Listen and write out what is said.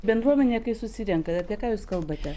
bendruomenė kai susirenka apie ką jūs kalbate